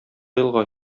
елга